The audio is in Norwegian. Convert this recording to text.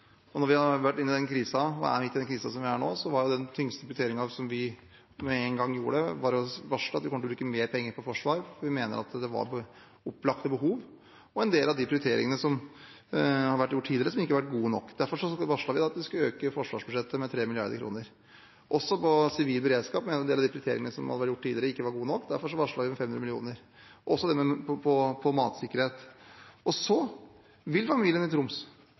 Når vi har vært og er midt i en krise, som vi er nå, var den tyngste prioriteringen vi med en gang gjorde, å varsle at vi kommer til å bruke mer penger på forsvar. Vi mener at det var opplagte behov for det, og at en del av prioriteringene som har vært gjort tidligere, ikke har vært gode nok. Derfor varslet vi at vi skulle øke forsvarsbudsjettet med 3 mrd. kr. Også på sivil beredskap mener vi en del av prioriteringene som var gjort tidligere, ikke var gode nok. Derfor varslet vi om 500 mill. kr. I tillegg kommer matsikkerhet. Når de har sett totaliteten av skatte- og avgiftsgrepene denne regjeringen har gjort, vil familiene i Troms